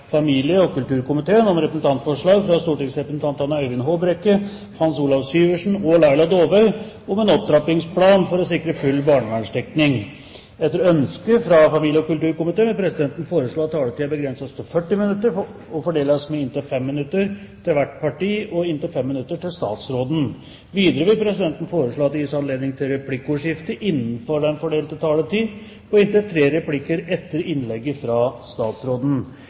og fordeles med inntil 5 minutter til hvert parti, og inntil 5 minutter til statsråden. Videre vil presidenten foreslå at det gis anledning til replikkordskifte på inntil tre replikker med svar etter innlegg fra